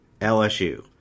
lsu